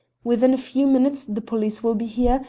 within a few minutes the police will be here,